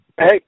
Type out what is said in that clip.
Hey